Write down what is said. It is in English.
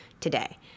today